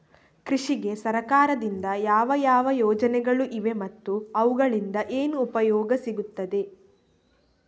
ಕೃಷಿಗೆ ಸರಕಾರದಿಂದ ಯಾವ ಯಾವ ಯೋಜನೆಗಳು ಇವೆ ಮತ್ತು ಅವುಗಳಿಂದ ಏನು ಉಪಯೋಗ ಸಿಗುತ್ತದೆ?